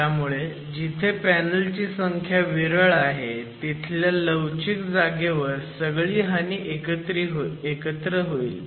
त्यामुळे जिथे पॅनल ची संख्या विरळ आहे तिथल्या लवचिक जागेवर सगळी हानी एकत्र होईल